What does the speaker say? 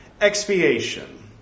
Expiation